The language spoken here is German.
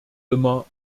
immer